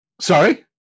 Sorry